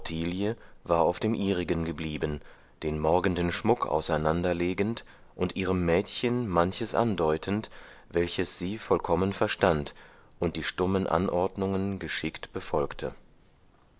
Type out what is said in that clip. war auf dem ihrigen geblieben den morgenden schmuck auseinanderlegend und ihrem mädchen manches andeutend welches sie vollkommen verstand und die stummen anordnungen geschickt befolgte